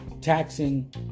taxing